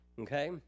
Okay